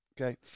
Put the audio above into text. Okay